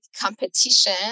competition